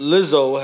Lizzo